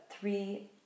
three